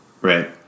Right